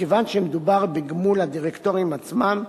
מכיוון שמדובר בגמול הדירקטורים עצמם,